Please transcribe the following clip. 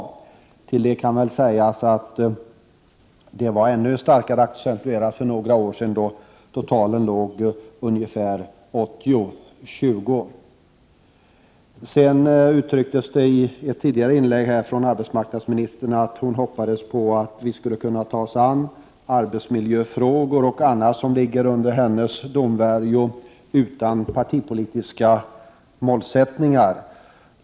Därtill kan sägas att det var ännu starkare accentuerat för några år sedan, då talen var ungefär 80-20. Arbetsmarknadsministern uttryckte i ett tidigare inlägg att hon hoppades att vi skulle kunna ta oss fram när det gäller arbetsmiljöfrågorna och annat som ligger under hennes domvärjo utan partipolitiska motsättningar.